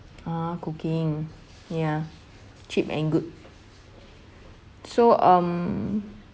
ah cooking ya cheap and good so um